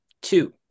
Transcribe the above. two